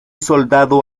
soldado